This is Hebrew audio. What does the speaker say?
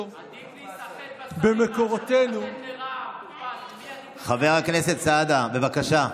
עדיף להיסחט בשרים מאשר, חבר הכנסת סעדה, בבקשה.